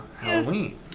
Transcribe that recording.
Halloween